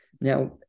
Now